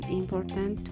important